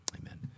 Amen